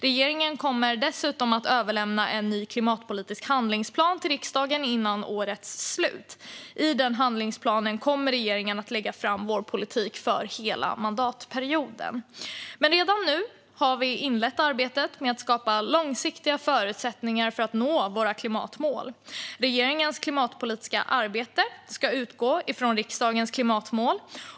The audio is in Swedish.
Regeringen kommer dessutom att överlämna en ny klimatpolitisk handlingsplan till riksdagen före årets slut. I handlingsplanen kommer regeringen att lägga fram sin politik för hela mandatperioden. Redan nu har vi dock inlett arbetet med att skapa långsiktiga förutsättningar för att nå klimatmålen. Regeringens klimatpolitiska arbete ska utgå från riksdagens klimatmål.